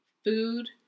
Food